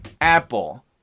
Apple